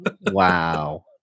Wow